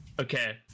okay